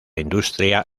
industria